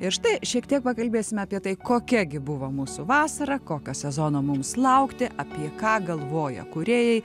ir štai šiek tiek pakalbėsime apie tai kokia gi buvo mūsų vasara kokio sezono mums laukti apie ką galvoja kūrėjai